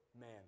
man